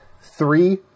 Three